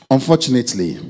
Unfortunately